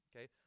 Okay